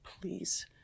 please